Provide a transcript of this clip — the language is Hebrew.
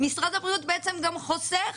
אני חושבת